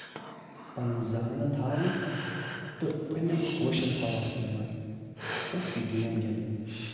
پَنٕنۍ زَہانَتھ تھاوٕنۍ تہٕ پَنٕنٮ۪ن ہوشَن ہَواسشن منٛز کانہہ تہِ گٮ۪م گِندٕنۍ